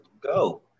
go